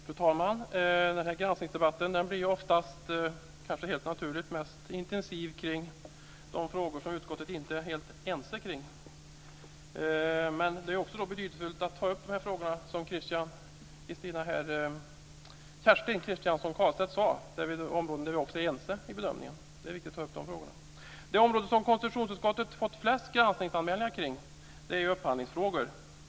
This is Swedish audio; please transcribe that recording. Fru talman! Granskningsdebatten blir ofta, kanske helt naturligt, mest intensiv kring de frågor som utskottet inte är helt ense om, men det är också betydelsefullt att ta upp sådana frågor som Kerstin Kristiansson Karlstedt berörde och där vi är ense om bedömningen. Det område där konstitutionsutskottet har fått flest granskningsanmälningar avser upphandlingsfrågor.